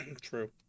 True